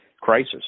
crisis